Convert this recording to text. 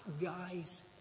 guy's